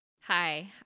Hi